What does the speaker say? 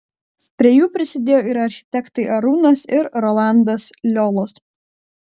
prie jų prisidėjo ir architektai arūnas ir rolandas liolos